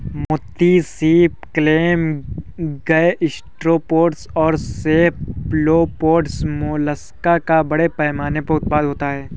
मोती सीप, clam, gastropods और सेफलोपोड्स मोलस्क का बड़े पैमाने पर उत्पादन होता है